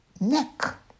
neck